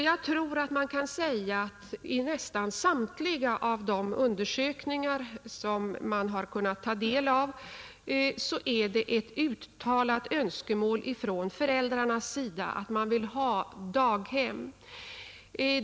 Jag tror att enligt nästan samtliga undersökningar som man har kunnat ta del av är det ett uttalat önskemål från föräldrarna att få daghem.